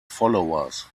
followers